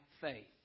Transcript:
faith